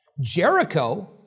Jericho